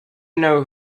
know